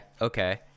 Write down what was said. Okay